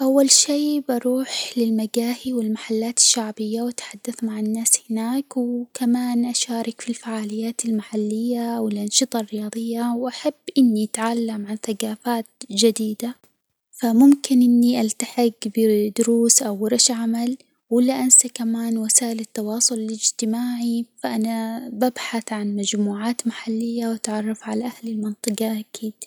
أول شيء بروح للمجاهي والمحلات الشعبية وأتحدث مع الناس هناك، وكمان أشارك في الفعاليات المحلية والأنشطة الرياضية، وأحب إني أتعلم عن ثجافات جديدة، فممكن أني ألتحج بدروس أو ورش عمل، ولا أنسى كمان وسائل التواصل الإجتماعي، فأنـا ببحث عن مجموعات محلية وأتعرف على أهل المنطجة أكيد.